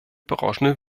berauschende